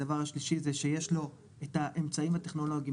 הדבר השלישי זה שיש לו את האמצעים הטכנולוגיים,